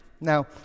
Now